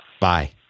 Bye